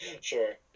Sure